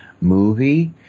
movie